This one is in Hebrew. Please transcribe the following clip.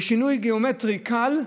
בשינוי גיאומטרי קל,